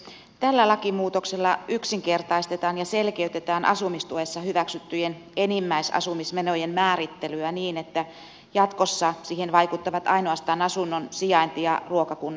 tällä lakimuutoksella yksinkertaistetaan ja selkeytetään asumistuessa hyväksyttyjen enimmäisasumismenojen määrittelyä niin että jatkossa enimmäismäärään vaikuttavat ainoastaan asunnon sijainti ja ruokakunnan koko